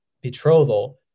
betrothal